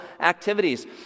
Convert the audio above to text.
activities